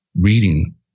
reading